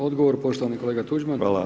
Odgovor, poštovani kolega Tuđman.